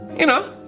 you know,